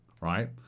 right